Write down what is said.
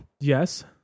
Yes